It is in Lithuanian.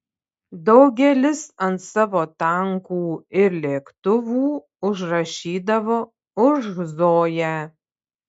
daugelis ant savo tankų ir lėktuvų užrašydavo už zoją